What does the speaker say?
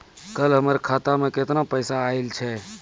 कल हमर खाता मैं केतना पैसा आइल छै?